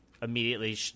Immediately